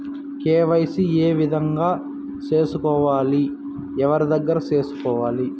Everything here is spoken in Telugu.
కె.వై.సి ఏ విధంగా సేసుకోవాలి? ఎవరి దగ్గర సేసుకోవాలి?